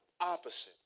opposite